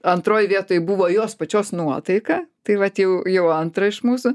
antroj vietoj buvo jos pačios nuotaika tai vat jau jau antra iš mūsų